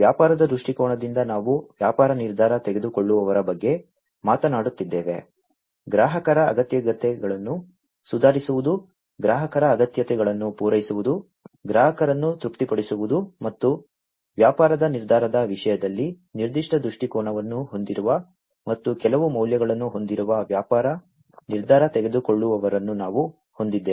ವ್ಯಾಪಾರದ ದೃಷ್ಟಿಕೋನದಿಂದ ನಾವು ವ್ಯಾಪಾರ ನಿರ್ಧಾರ ತೆಗೆದುಕೊಳ್ಳುವವರ ಬಗ್ಗೆ ಮಾತನಾಡುತ್ತಿದ್ದೇವೆ ಗ್ರಾಹಕರ ಅಗತ್ಯತೆಗಳನ್ನು ಸುಧಾರಿಸುವುದು ಗ್ರಾಹಕರ ಅಗತ್ಯತೆಗಳನ್ನು ಪೂರೈಸುವುದು ಗ್ರಾಹಕರನ್ನು ತೃಪ್ತಿಪಡಿಸುವುದು ಮತ್ತು ವ್ಯಾಪಾರದ ನಿರ್ಧಾರದ ವಿಷಯದಲ್ಲಿ ನಿರ್ದಿಷ್ಟ ದೃಷ್ಟಿಕೋನವನ್ನು ಹೊಂದಿರುವ ಮತ್ತು ಕೆಲವು ಮೌಲ್ಯಗಳನ್ನು ಹೊಂದಿರುವ ವ್ಯಾಪಾರ ನಿರ್ಧಾರ ತೆಗೆದುಕೊಳ್ಳುವವರನ್ನು ನಾವು ಹೊಂದಿದ್ದೇವೆ